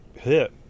hit